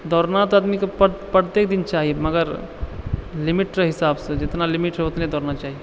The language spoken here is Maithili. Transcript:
दौड़ना तऽ आदमी के पर प्रत्येक दिन चाही पर लिमिट के हिसाबसँ जेतना लिमिट हय ओतना ही दौड़ना चाही